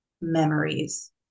memories